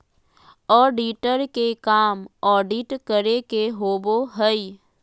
auditor के काम audit करे के होबो हइ